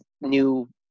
new